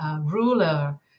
ruler